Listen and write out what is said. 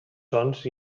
sons